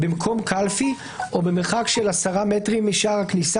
במקום קלפי או במרחק של 10 מטרים משער כניסה